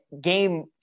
game